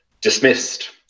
dismissed